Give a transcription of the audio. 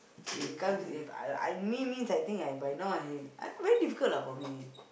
if comes if I I mean means I think I by now I very difficult lah for me